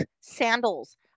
sandals